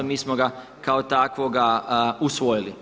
Mi smo ga kao takvoga usvojili.